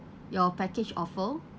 your package offer